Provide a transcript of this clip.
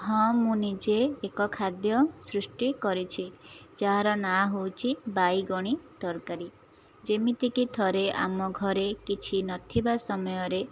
ହଁ ମୁଁ ନିଜେ ଏକ ଖାଦ୍ୟ ସୃଷ୍ଟି କରିଛି ଯାହାର ନାଁ ହେଉଛି ବାଇଗଣୀ ତରକାରୀ ଯେମିତିକି ଥରେ ଆମ ଘରେ କିଛି ନଥିବା ସମୟରେ